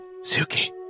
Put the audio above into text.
Suki